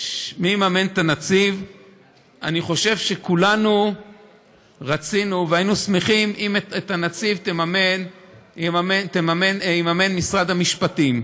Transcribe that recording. אני חושב שכולנו רצינו והיינו שמחים אם את הנציב יממן שר המשפטים.